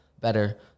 better